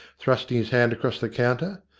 thrusting his hand across the counter.